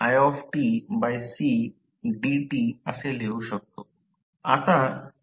तर आपण ectiCdt असे लिहू शकतो